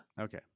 Okay